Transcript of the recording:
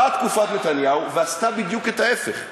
באה תקופת נתניהו ועשתה בדיוק ההפך.